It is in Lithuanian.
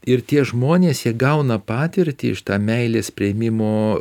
ir tie žmonės jie gauna patirtį šitą meilės priėmimo